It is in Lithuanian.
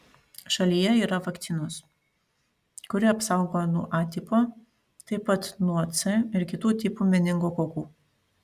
šalyje yra vakcinos kuri apsaugo nuo a tipo taip pat nuo c ir kitų tipų meningokokų